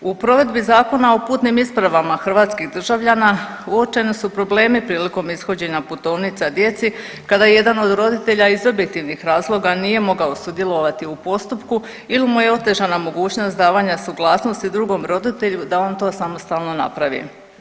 U provedbi Zakona o putnim ispravama hrvatskih državljana uočeni su problemi prilikom ishođenja putovnica djeci kada jedan od roditelja iz objektivnih razloga nije mogao sudjelovati u postupku ili mu je otežana mogućnost davanja suglasnosti drugom roditelju da on to samostalno napravi.